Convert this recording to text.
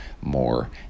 more